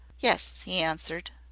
yes, he answered.